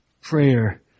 Prayer